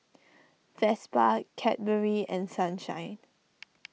Vespa Cadbury and Sunshine